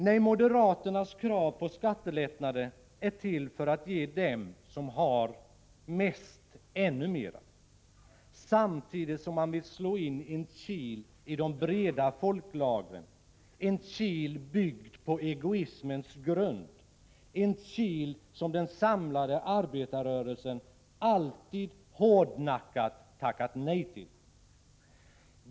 Nej, moderaternas krav på skattelättnader är till för att ge dem som har mest ännu mera, samtidigt som man vill slå in en kili de breda folklagren —en kil byggd på egoismens grund, en kil som den samlade arbetarrörelsen alltid hårdnackat tackat nej till.